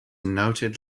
noted